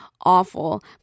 awful